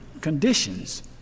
conditions